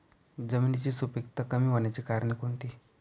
जमिनीची सुपिकता कमी होण्याची कारणे कोणती?